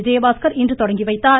விஜயபாஸ்கர் இன்று தொடங்கிவைத்தார்